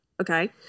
Okay